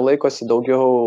laikosi daugiau